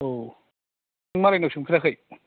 औ नों मालायनाव सोंफेराखै